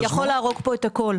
כי זה יכול להרוג פה את הכל.